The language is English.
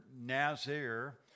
Nazir